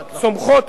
צומחות,